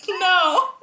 No